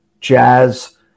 Jazz